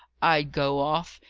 i'd go off,